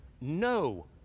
no